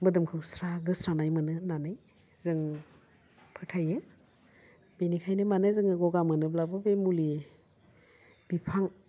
मोदोमखौ स्रा गोस्रानाय मोनो होननानै जोंं फोथायो बेनिखायनो माने जोङो गगा मोनोब्लाबो बे मुलि बिफां